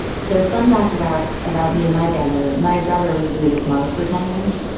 so fun fact about. about me and my family. my brother was vigdis monk for ten years.